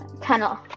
tunnel